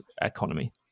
economy